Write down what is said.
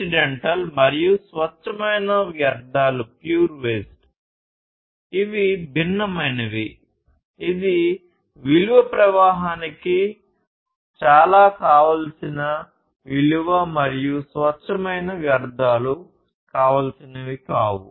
ఇవి భిన్నమైనవి ఇది విలువ ప్రవాహానికి చాలా కావాల్సిన విలువ మరియు స్వచ్ఛమైన వ్యర్థాలు కావాల్సినవి కావు